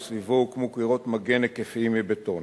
וסביבו הוקמו קירות מגן היקפיים מבטון.